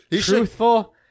truthful